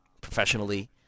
professionally